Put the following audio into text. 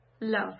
love